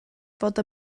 fod